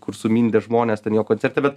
kur sumindė žmones ten jo koncerte bet